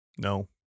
No